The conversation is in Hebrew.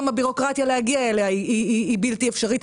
הביורוקרטיה להגיע אליה היא בלתי אפשרית,